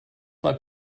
mal